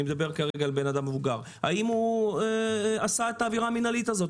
אני מדבר כרגע על בן אדם מבוגר האם הוא עשה את העבירה המינהלית הזאת,